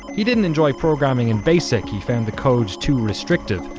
he didn't enjoy programming in basic, he found the code too restrictive.